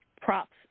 Props